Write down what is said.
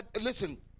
Listen